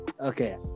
Okay